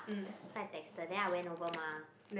so I texted then I went over mah